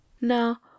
now